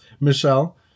Michelle